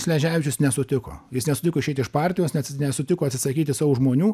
sleževičius nesutiko jis nesutiko išeiti iš partijo nesutiko atsisakyti savo žmonių